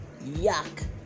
yuck